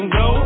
go